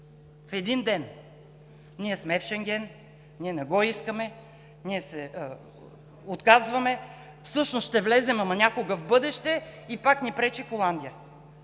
В един ден: ние сме в Шенген; ние не го искаме; ние се отказваме; всъщност ще влезем, ама някога в бъдеще. И пак ни пречи Холандия,